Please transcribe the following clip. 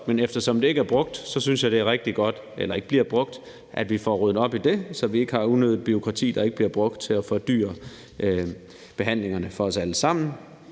men eftersom det ikke bliver brugt, synes jeg det er rigtig godt, at vi får ryddet op i det, så vi ikke har et unødigt bureaukrati, der kan fordyre behandlingerne for os alle sammen.